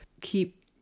keep